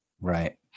Right